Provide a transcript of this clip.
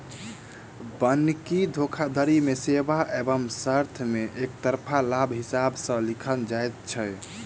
बन्हकी धोखाधड़ी मे सेवा एवं शर्त मे एकतरफा लाभक हिसाब सॅ लिखल जाइत छै